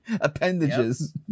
Appendages